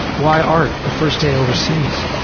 why art, first day overseas?